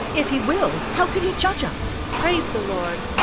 if he will, how could he judge us? praise the lord!